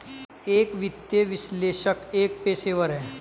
एक वित्तीय विश्लेषक एक पेशेवर है